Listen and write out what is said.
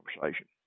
conversation